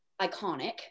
iconic